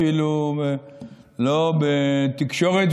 אפילו לא בתקשורת.